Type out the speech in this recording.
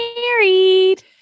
married